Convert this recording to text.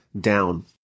down